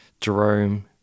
Jerome